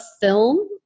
film